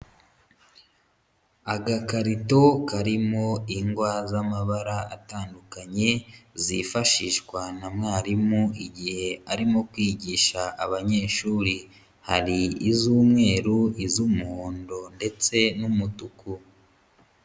Agakarito karimo ingwa z'amabara atandukanye zifashishwa na mwarimu igihe arimo kwigisha abanyeshuri, hari iz'umweru iz'umuhondo ndetse n'umutuku.